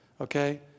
okay